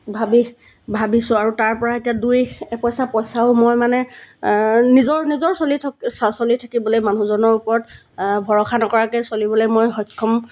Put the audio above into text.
ভাবি ভাবিছোঁ আৰু তাৰপৰা এতিয়া দুই এপইচা পইচাও মই মানে নিজৰ নিজৰ চলি থক চলি থাকিবলৈ মানুহজনৰ ওপৰত ভৰসা নকৰাকৈয়ে চলিবলৈ মই সক্ষম